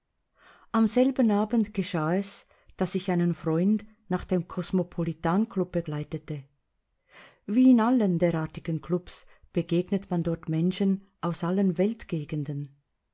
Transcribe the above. am selben abend geschah es daß ich einen freund nach dem cosmopolitanklub begleitete wie in allen derartigen klubs begegnet man dort menschen aus allen